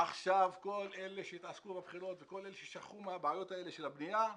עכשיו כל אלה שהתעסקו בבחירות וכל אלה ששכחו מהבעיות האלה של הבניה,